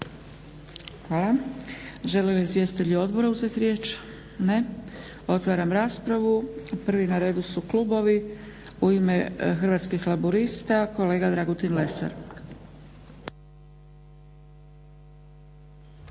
Hvala. Žele li izvjestitelji odbora uzeti riječ? Ne. Otvaram raspravu. Prvi na redu su klubovi. U ime Hrvatskih laburista kolega Dragutin Lesar.